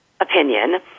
opinion